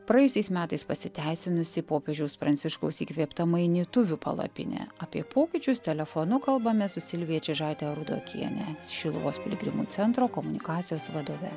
praėjusiais metais pasiteisinusį popiežiaus pranciškaus įkvėpta mainytuvių palapinė apie pokyčius telefonu kalbamės su silvija čižaite rudokiene šiluvos piligrimų centro komunikacijos vadove